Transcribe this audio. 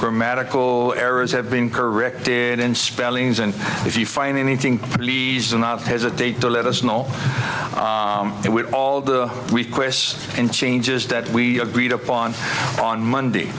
grammatical errors have been corrected in spellings and if you find anything please do not hesitate to let us know that with all the requests and changes that we agreed upon on monday